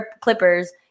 Clippers